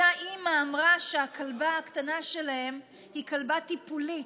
אותה אימא אמרה שהכלבה הקטנה שלהם היא כלבה טיפולית,